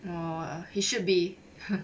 !wah! he should be